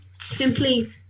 simply